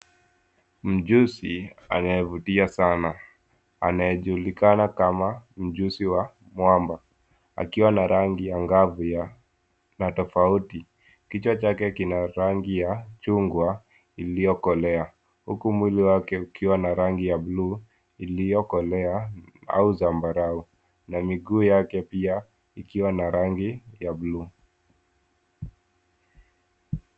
Mjusi anayevutia sana anayejulikana kama mjusi wa mwamba akiwa na rangi angavu ya tofauti. Kichwa chake kina rangi ya chungwa iliyokolea huku mwili wake ukiwa na rangi ya bluu iliyokolea au zambarau na miguu yake pia ikiwa na rangi ya bluu.